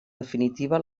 definitiva